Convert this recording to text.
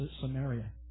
Samaria